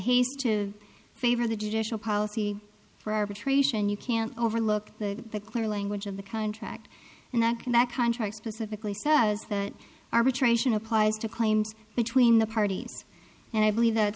e to favor the judicial policy for arbitration you can't overlook the clear language of the contract and that contract specifically says that arbitration applies to claims between the parties and i believe that